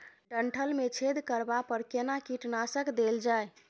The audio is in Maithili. डंठल मे छेद करबा पर केना कीटनासक देल जाय?